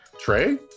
Trey